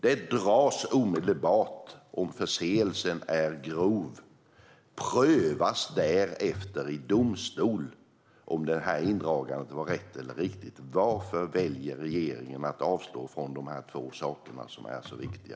Det dras omedelbart om förseelsen är grov, och det prövas därefter i domstol om indragandet var rätt och riktigt. Varför väljer regeringen att avstå från dessa två saker, som är så viktiga?